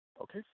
Okay